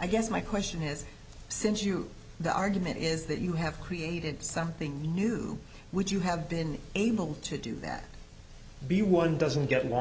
i guess my question is since you the argument is that you have created something new which you have been able to do that b one doesn't get a long